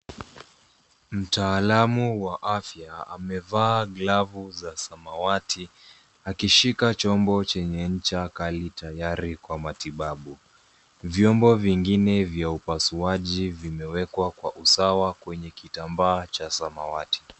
Mtaalamu wa afya amevaa glavu za samawati akishika chombo chenye ncha kali tayari kwa matibabu. Vyombo vingine vya upasuaji vimewekwa kwa usawa kwenye kitamba cha samawati.